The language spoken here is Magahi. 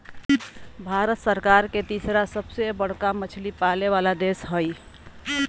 भारत संसार के तिसरा सबसे बडका मछली पाले वाला देश हइ